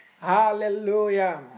Hallelujah